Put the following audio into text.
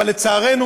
אבל לצערנו,